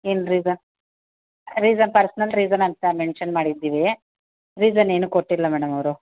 ಏನು rea reason personal reason ಅಂತ mention ಮಾಡಿದ್ದೀವಿ ರೀಸನ್ ಏನೂ ಕೊಟ್ಟಿಲ್ಲ ಮೇಡಮ್ ಅವರು